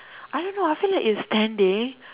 I don't know I feel like its standing